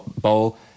bowl